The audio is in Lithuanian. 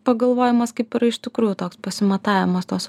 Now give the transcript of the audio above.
pagalvojimas kaip yra iš tikrųjų toks pasimatavimas tos